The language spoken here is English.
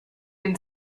been